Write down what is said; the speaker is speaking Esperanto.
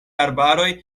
arbaroj